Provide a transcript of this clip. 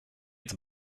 its